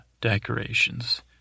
decorations